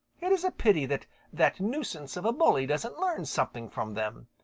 it is a pity that that nuisance of a bully doesn't learn something from them.